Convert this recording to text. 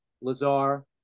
Lazar